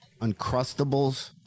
Uncrustables